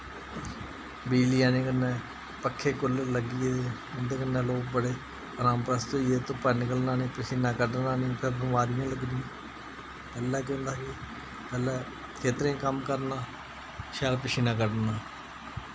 बिजली आने कन्नै पक्खे कूलर लग्गी गेदे उं'दे कन्नै लोक बड़े अरामपरस्त होई गेदे धुप्पा निकलना निं परसीना कड्ढना निं फिर बमारियां लग्गनियां पैह्ले केह् होंदा हा कि पैह्ले खेत्तरें च कम्म करना शैल पसीना कड्ढना